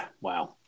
Wow